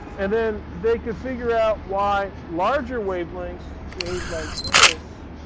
and then they could figure out why larger wavelengths behaved like this.